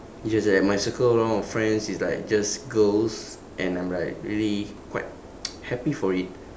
just that my circle around of friends is like just girls and I'm like really quite happy for it